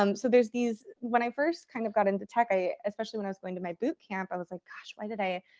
um so there's these, when i first kind of got into tech, especially when i was going to my boot camp, i was like, gosh, why did i,